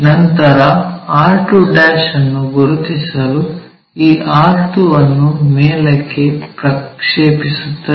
ನಂತರ r2' ಅನ್ನು ಗುರುತಿಸಲು ಈ r2 ಅನ್ನು ಮೇಲಕ್ಕೆ ಪ್ರಕ್ಷೇಪಿಸುತ್ತದೆ